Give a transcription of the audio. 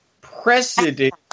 precedent